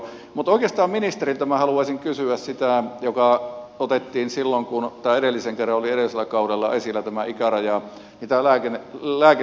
mutta oikeastaan ministeriltä minä haluaisin kysyä siitä mikä otettiin esille silloin kun täydellisen rooliensa kaudella ei sillä tämä ikäraja edellisen kerran oli edellisellä kaudella